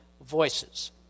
voices